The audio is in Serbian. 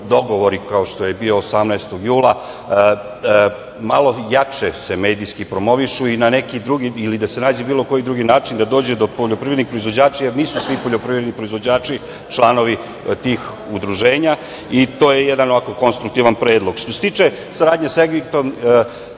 dogovori, kao što je bio 18. jula, malo jače se medijski promovišu i na neki drugi, ili da se nađe bilo koji drugi način da dođe do poljoprivrednih proizvođača, jer nisu svi poljoprivredni proizvođači članovi tih udruženja. To je jedan konstruktivan predlog. Što se tiče saradnje sa Egiptom,